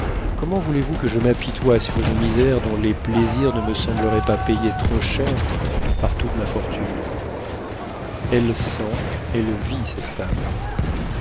comment voulez-vous que je m'apitoie sur une misère dont les plaisirs ne me sembleraient pas payés trop cher par toute ma fortune elle sent elle vit cette femme